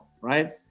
right